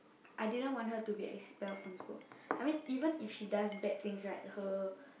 I didn't want her to be expelled from school even if she does bad things right her